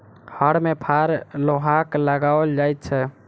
हर मे फार लोहाक लगाओल जाइत छै